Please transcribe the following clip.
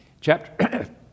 Chapter